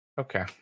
okay